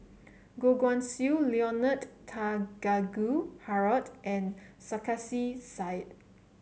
Goh Guan Siew Leonard Harrod and Sarkasi Said